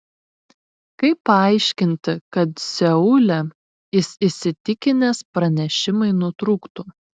kaip paaiškinti kad seule jis įsitikinęs pranešimai nutrūktų